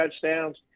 touchdowns